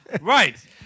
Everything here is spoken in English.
Right